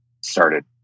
started